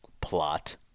plot